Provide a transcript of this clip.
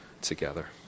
together